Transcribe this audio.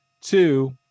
Two